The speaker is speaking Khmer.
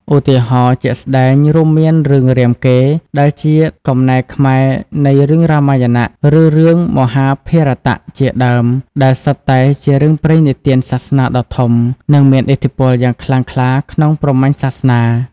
ឧទាហរណ៍ជាក់ស្ដែង រួមមានរឿង រាមកេរ្តិ៍ ដែលជាកំណែខ្មែរនៃរឿងរាមាយណៈ ឬរឿង មហាភារតៈ ជាដើម ដែលសុទ្ធតែជារឿងព្រេងនិទានសាសនាដ៏ធំ និងមានឥទ្ធិពលយ៉ាងខ្លាំងក្លាក្នុងព្រហ្មញ្ញសាសនា។